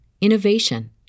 innovation